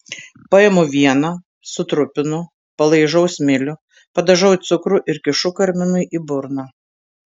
paimu vieną sutrupinu palaižau smilių padažau į cukrų ir kišu karminui į burną